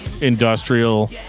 industrial